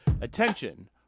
Attention